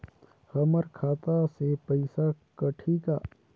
हमर खाता से पइसा कठी का?